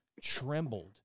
trembled